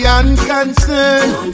unconcerned